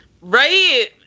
right